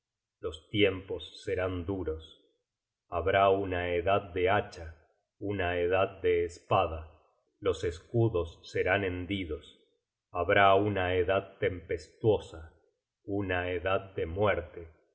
los tiempos serán duros habrá una edad de hacha una edad de espada los escudos serán hendidos habrá una edad tempestuosa una edad de muerte